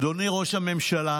אדוני ראש הממשלה,